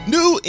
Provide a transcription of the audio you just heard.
New